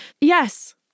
Yes